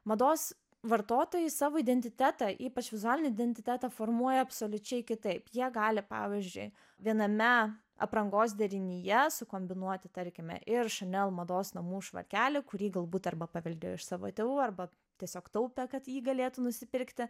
mados vartotojų savo identitetą ypač vizualinį identitetą formuoja absoliučiai kitaip jie gali pavyzdžiui viename aprangos derinyje sukombinuoti tarkime ir chanel mados namų švarkelį kurį galbūt arba paveldėjo iš savo tėvų arba tiesiog taupė kad ji galėtų nusipirkti